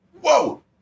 whoa